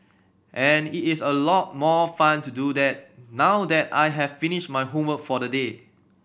and it is a lot more fun to do that now that I have finished my homework for the day